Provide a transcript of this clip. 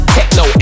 Techno